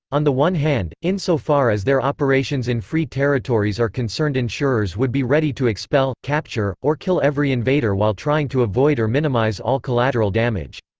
on the one hand, insofar as their operations in free territories are concerned insurers would be ready to expel, capture, or kill every invader while trying to avoid or minimize all collateral damage.